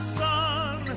sun